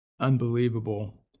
unbelievable